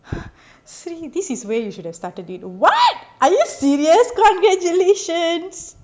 see this is where you should have started it what are you serious congratulations